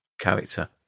character